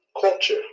culture